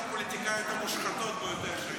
אחת הפוליטיקאיות המושחתות ביותר שיש.